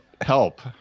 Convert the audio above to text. help